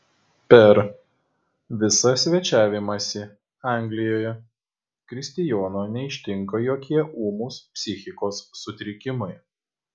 per visą svečiavimąsi anglijoje kristijono neištinka jokie ūmūs psichikos sutrikimai